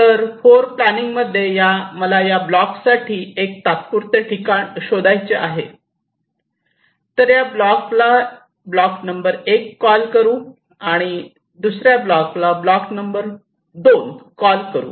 तर फ्लोर प्लॅनिंगमध्ये मला या ब्लॉक्ससाठी एक तात्पुरते ठिकाण शोधायचे आहे तर या ब्लॉकला 1 कॉल करू आणि या ब्लॉकला 2 कॉल करू